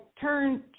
turned